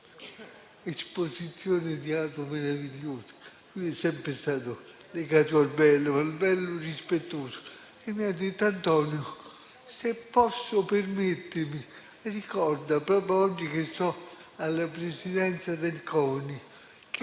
esposizione di auto meravigliose. È sempre stato legato al bello, al bello rispettoso. Mi ha detto: Antonio, se posso permettermi, ricorda, proprio oggi che sono alla presidenza del CONI, che